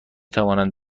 توانند